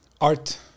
art